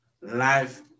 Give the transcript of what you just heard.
life